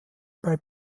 bei